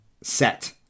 set